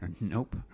Nope